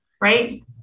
Right